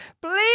please